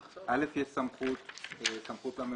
אין דבר כזה שזה מתאזן.